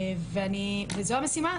וזו המשימה,